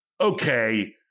okay